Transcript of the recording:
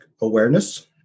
awareness